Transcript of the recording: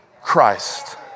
Christ